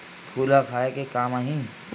फूल ह खाये के काम आही?